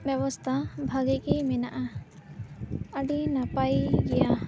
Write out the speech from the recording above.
ᱵᱮᱵᱚᱥᱛᱟ ᱵᱷᱟᱹᱜᱤ ᱜᱤ ᱢᱮᱱᱟᱜᱼᱟ ᱟᱹᱰᱤ ᱱᱟᱯᱟᱭ ᱜᱤᱭᱟ